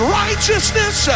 righteousness